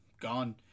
gone